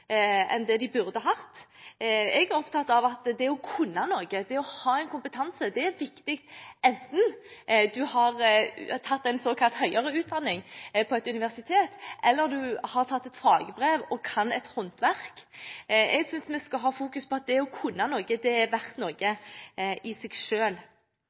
enn det de burde hatt. Jeg er opptatt av at det å kunne noe, det å ha en kompetanse, er viktig, enten en har tatt en såkalt høyere utdanning på et universitet, eller en har tatt et fagbrev og kan et håndverk. Jeg synes vi skal fokusere på at det å kunne noe er verdt noe i seg